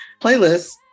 playlists